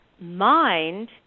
mind